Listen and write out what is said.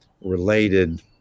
related